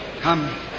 Come